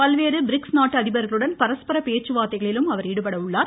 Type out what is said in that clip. பல்வேறு பிரிக்ஸ் நாட்டு அதிபர்களுடன் பரஸ்பர பேச்சுவார்த்தைகளிலும் அவர் ஈடுபட உள்ளார்